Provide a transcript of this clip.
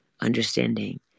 understanding